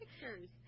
pictures